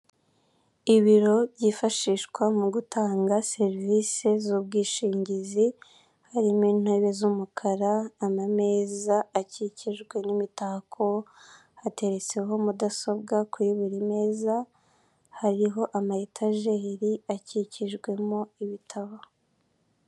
Ibiro byifashishwa mu gutanga serivisi z'ubwishingizi, harimo intebe z'umukara, amameza akikijwe n'imitako, hateretseho mudasobwa kuri buri meza, hariho amayetajeri akikijwemo ibitabo.